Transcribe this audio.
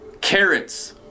carrots